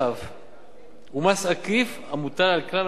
הוא מס עקיף המוטל על כלל המוצרים והשירותים,